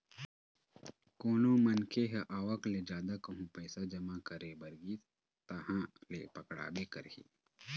कोनो मनखे ह आवक ले जादा कहूँ पइसा जमा करे बर गिस तहाँ ले पकड़ाबे करही